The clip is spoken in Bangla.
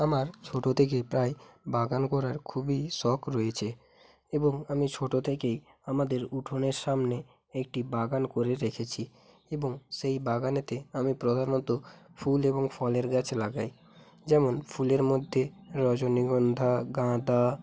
আমার ছোটো থেকেই প্রায় বাগান করার খুবই শখ রয়েছে এবং আমি ছোটো থেকেই আমাদের উঠোনের সামনে একটি বাগান করে রেখেছি এবং সেই বাগানেতে আমি প্রধানত ফুল এবং ফলের গাছ লাগাই যেমন ফুলের মধ্যে রজনীগন্ধা গাঁদা